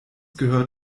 gehört